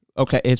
Okay